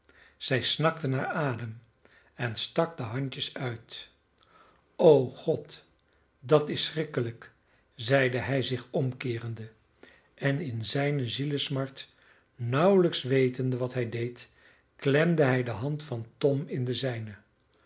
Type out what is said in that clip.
trekken zij snakte naar adem en stak de handjes uit o god dat is schrikkelijk zeide hij zich omkeerende en in zijne zielesmart nauwelijks wetende wat hij deed klemde hij de hand van tom in de zijne